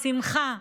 בשמחה,